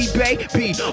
baby